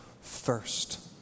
first